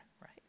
right